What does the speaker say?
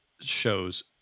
shows